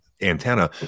antenna